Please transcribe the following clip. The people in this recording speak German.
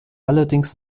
allerdings